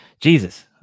Jesus